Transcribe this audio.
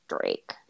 Drake